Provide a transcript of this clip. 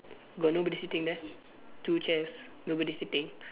got nobody sitting there two chairs nobody sitting